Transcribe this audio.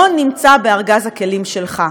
לא נמצא בארגז הכלים שלך,